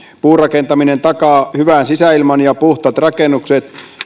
puurakentaminen takaa hyvän sisäilman ja puhtaat rakennukset